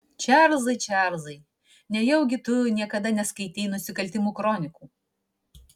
čarlzai čarlzai nejaugi tu niekada neskaitei nusikaltimų kronikų